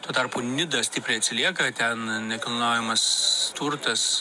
tuo tarpu nida stipriai atsilieka ten nekilnojamas turtas